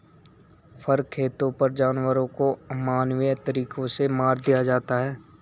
फर खेतों पर जानवरों को अमानवीय तरीकों से मार दिया जाता है